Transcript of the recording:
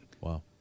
Wow